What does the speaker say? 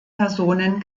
personen